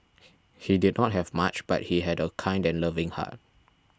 he did not have much but he had a kind and loving heart